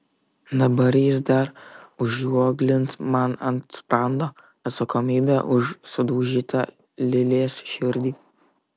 dabar jis dar užrioglins man ant sprando atsakomybę už sudaužytą lilės širdį